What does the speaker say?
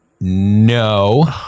No